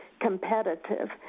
competitive